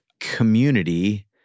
community—